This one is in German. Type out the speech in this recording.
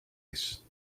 ist